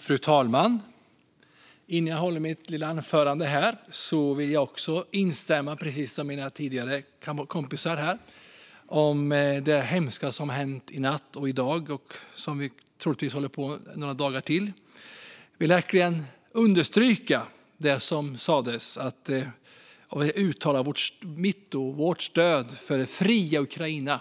Fru talman! Innan jag håller mitt lilla anförande vill jag precis som mina kompisar tidigare i debatten uppehålla mig vid det hemska som hänt i natt och i dag och som troligtvis håller på några dagar till. Jag vill verkligen understryka det som sas och uttala mitt och vårt stöd för det fria Ukraina.